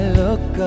look